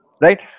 right